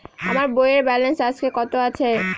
আমার বইয়ের ব্যালেন্স আজকে কত আছে?